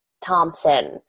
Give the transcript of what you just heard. Thompson